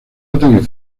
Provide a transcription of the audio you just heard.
ataque